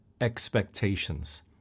Expectations